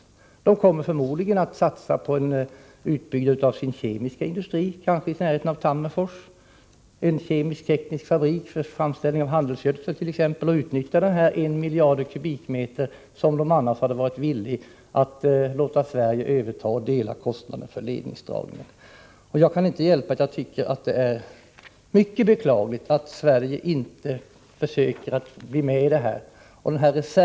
Finland kommer förmodligen att satsa på en utbyggnad av sin kemiska industri, kanske i närheten av Tammerfors — en kemisk-teknisk fabrik för framställning av handelsgödsel t.ex. — och utnyttja den miljard m? som man annars hade varit villig att låta Sverige överta mot att vi tog en del av kostnaden för ledningsdragningen. Jag kan inte hjälpa att jag tycker att det är mycket beklagligt att Sverige inte försöker komma med i detta projekt.